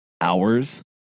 hours